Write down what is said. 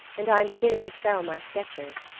and i am beginning to sell my sketches.